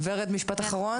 ורד, משפט אחרון.